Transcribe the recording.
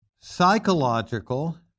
psychological